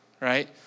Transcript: right